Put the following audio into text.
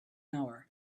hour